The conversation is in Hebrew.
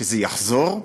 וזה יחזור,